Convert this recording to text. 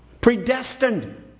Predestined